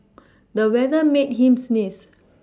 the weather made him sneeze